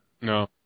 No